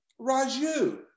Raju